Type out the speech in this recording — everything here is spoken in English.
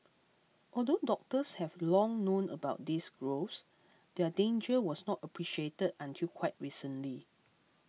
although doctors have long known about these growths their danger was not appreciated until quite recently